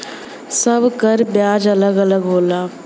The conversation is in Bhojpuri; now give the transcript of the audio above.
सब कर बियाज अलग अलग होला